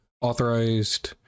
authorized